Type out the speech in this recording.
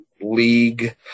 league